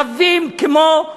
רבים כמו,